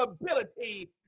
ability